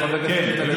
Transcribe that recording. חבר הכנסת עמית הלוי,